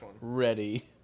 ready